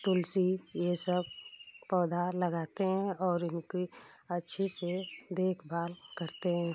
तुलसी ये सब पौधा लगाते हैं और इनकी अच्छे से देखभाल करते हैं